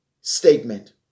statement